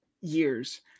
years